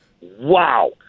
wow